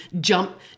jump